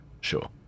Sure